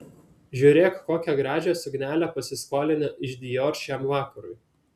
žiūrėk kokią gražią suknelę pasiskolino iš dior šiam vakarui